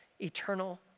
eternal